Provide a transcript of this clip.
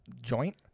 joint